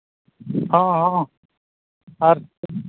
ᱦᱮᱸ ᱦᱮᱸ ᱟᱨ